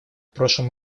прошлом